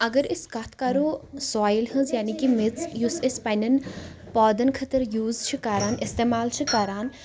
اَگر أسۍ کَتھ کَرو سویل ہٕنز یعنے کہِ میٚژ یُس أسۍ پَننؠن پادن خٲطرٕ یوٗز چھِ کَران اِستعمال چھ کَران تہٕ